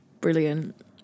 Brilliant